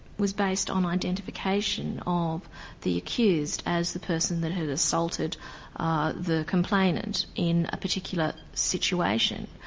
was based on identification of the accused as the person that had assaulted ah the complainant in a particular situation,